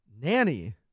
Nanny